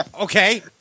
Okay